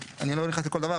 אני לא נכנס לכל דבר,